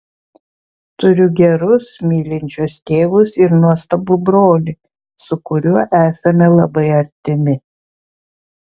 turiu gerus mylinčius tėvus ir nuostabų brolį su kuriuo esame labai artimi